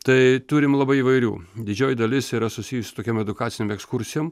tai turim labai įvairių didžioji dalis yra susijus tokiom edukacinėm ekskursijom